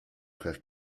frères